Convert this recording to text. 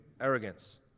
arrogance